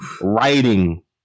Writing